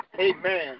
Amen